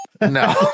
No